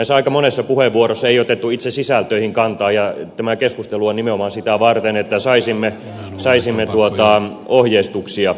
näissä aika monessa puheenvuorossa ei otettu itse sisältöihin kantaa ja tämä keskustelu on nimenomaan sitä varten että saisimme ohjeistuksia